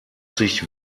sich